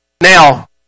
Now